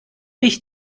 mich